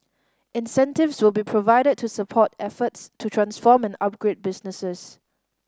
incentives will be provided to support efforts to transform and upgrade businesses